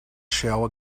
shell